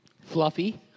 Fluffy